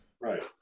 right